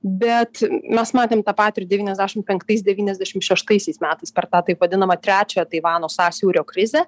bet mes matėm tą patį ir devyniasdešim penktais devyniasdešim šeštaisiais metais per tą taip vadinamą trečiąją taivano sąsiaurio krizę